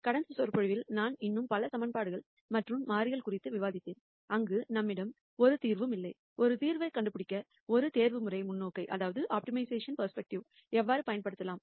கடந்த விரிவுரையில் நான் இன்னும் பல ஈகிவேஷன்கள் மற்றும் மாறிகள் குறித்து அறிந்தோம் அங்கு நம்மிடம் எந்த ஒரு தீர்வும் இல்லை ஒரு தீர்வைக் கண்டுபிடிக்க ஒரு ஆப்டிமைசேஷன் பெர்ஸ்பெக்ட்டிவ் எவ்வாறு பயன்படுத்தலாம்